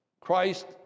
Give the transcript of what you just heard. Christ